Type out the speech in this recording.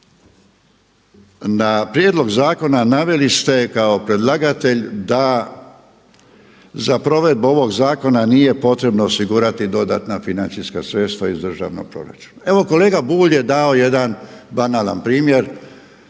na prijedlog zakona naveli ste kao predlagatelj da za provedu ovog zakona nije potrebno osigurati dodatna financijska sredstva iz državnog proračuna. Evo kolega Bulj je dao jedan banalan primjer